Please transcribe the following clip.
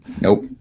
Nope